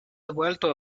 devuelto